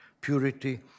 purity